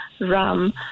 rum